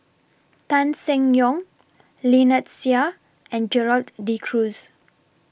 Tan Seng Yong Lynnette Seah and Gerald De Cruz